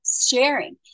sharing